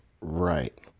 right